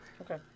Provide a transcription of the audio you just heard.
Okay